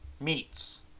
Meats